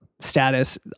status